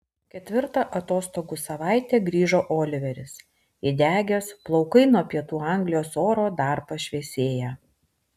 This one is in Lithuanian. ketvirtą atostogų savaitę grįžo oliveris įdegęs plaukai nuo pietų anglijos oro dar pašviesėję